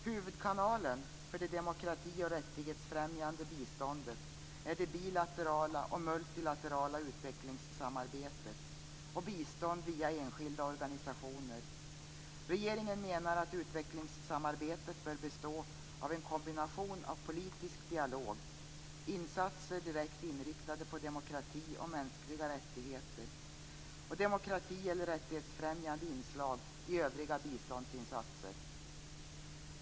Huvudkanalen för det demokrati och rättighetsfrämjande biståndet är det bilaterala och multilaterala utvecklingssamarbetet och bistånd via enskilda organisationer. Regeringen menar att utvecklingssamarbetet bör bestå av en kombination av politisk dialog, insatser direkt inriktade på demokrati och mänskliga rättigheter och demokrati eller rättighetsfrämjande inslag i övriga biståndsinsatser.